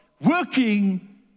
working